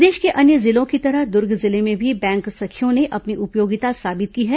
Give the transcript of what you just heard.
प्रदेश के अन्य जिलों की तरह दुर्ग जिले में भी बैंक सखियों ने अपनी उपयोगिता साबित की है